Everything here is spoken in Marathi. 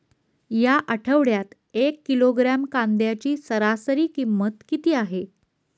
या आठवड्यात एक किलोग्रॅम कांद्याची सरासरी किंमत किती आहे?